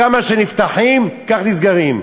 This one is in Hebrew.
כמה שנפתחים כך נסגרים.